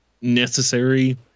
necessary